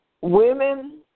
Women